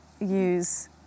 use